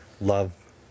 love